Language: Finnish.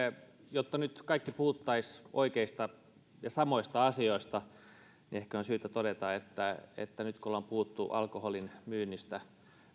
jotta nyt kaikki puhuisimme oikeista ja samoista asioista niin ehkä on syytä todeta että että nyt kun ollaan puhuttu alkoholin myynnistä